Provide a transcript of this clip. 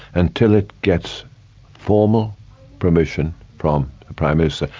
until it gets formal permission from the prime minister.